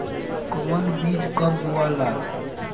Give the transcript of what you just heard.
कौन बीज कब बोआला?